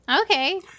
Okay